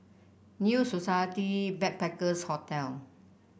New Society Backpackers' Hotel